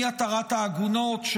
כהתרת העגונות,